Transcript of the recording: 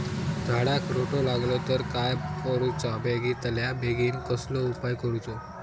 झाडाक रोटो लागलो तर काय करुचा बेगितल्या बेगीन कसलो उपाय करूचो?